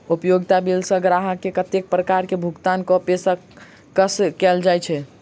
उपयोगिता बिल सऽ ग्राहक केँ कत्ते प्रकार केँ भुगतान कऽ पेशकश कैल जाय छै?